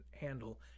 handle